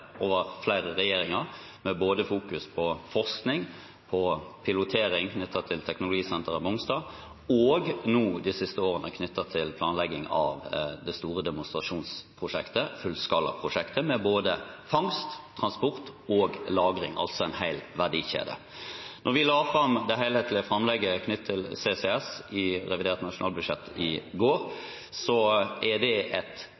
flere regjeringer, med fokusering på både forskning og pilotering knyttet til teknologisenteret på Mongstad og nå, de siste årene, knyttet til planlegging av det store demonstrasjonsprosjektet, fullskalaprosjektet, med både fangst, transport og lagring – altså en hel verdikjede. Det at vi la fram det helhetlige framlegget knyttet til CCS i revidert nasjonalbudsjett i går, er et